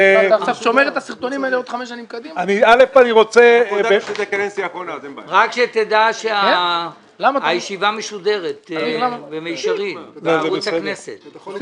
אני באתי אז משום שהנושא הזה היה מאוד חשוב וגם היום הוא חשוב.